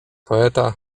poeta